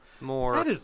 more